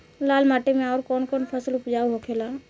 लाल माटी मे आउर कौन कौन फसल उपजाऊ होखे ला?